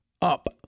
Up